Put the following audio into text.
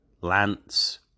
lance